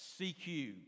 CQ